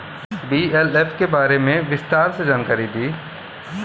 BLF L F में विस्तार से जानकारी दी?